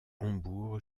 hambourg